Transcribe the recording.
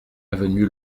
avenue